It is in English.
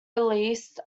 released